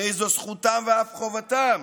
הרי זו זכותם ואף חובתם